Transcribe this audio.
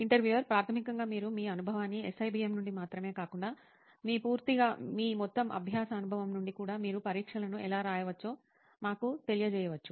interviewer ప్రాథమికంగా మీరు మీ అనుభవాన్ని SIBM నుండి మాత్రమే కాకుండా మీ పూర్తిగా మీ మొత్తం అభ్యాస అనుభవం నుండి కూడా మీరు పరీక్షలను ఎలా రాయవ చ్చో మాకు తెలియజేయవచ్చు